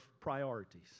priorities